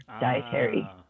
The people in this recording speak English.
dietary